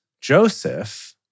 Joseph